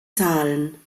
zahlen